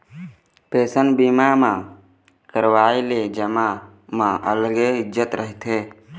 pension बीमा करवाए ले समाज म अलगे इज्जत रहिथे